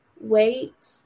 wait